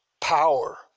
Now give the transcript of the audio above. power